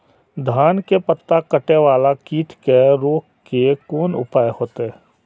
धान के पत्ता कटे वाला कीट के रोक के कोन उपाय होते?